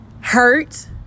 hurt